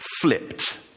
flipped